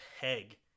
peg